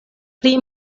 pli